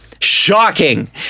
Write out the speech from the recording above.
Shocking